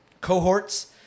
cohorts